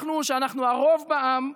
אנחנו, שאנחנו הרוב בעם,